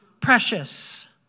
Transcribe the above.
Precious